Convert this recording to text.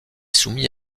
soumis